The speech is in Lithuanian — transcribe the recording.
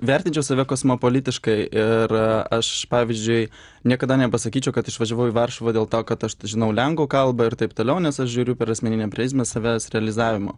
vertinčiau save kosmopolitiškai ir aš pavyzdžiui niekada nepasakyčiau kad išvažiavau į varšuvą dėl to kad aš žinau lenkų kalbą ir taip toliau nes aš žiūriu per asmeninę prizmę savęs realizavimo